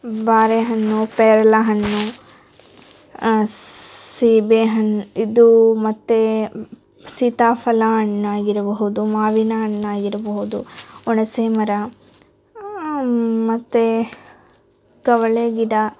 ಬಾರೆ ಹಣ್ಣು ಪೇರಲೆ ಹಣ್ಣು ಸೀಬೆ ಹಣ್ಣು ಇದು ಮತ್ತು ಸೀತಾಫಲ ಹಣ್ಣಾಗಿರಬಹುದು ಮಾವಿನ ಹಣ್ಣಾಗಿರ್ಬಹುದು ಹುಣಸೇ ಮರ ಮತ್ತು ಕವಳೇ ಗಿಡ